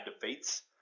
defeats